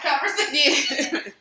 conversation